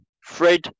Fred